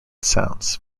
sounds